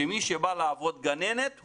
שמי שבאה לעבוד כגננת,